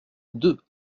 deux